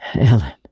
Ellen